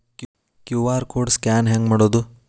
QR code scan ಹೆಂಗ್ ಮಾಡೋದು?